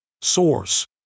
Source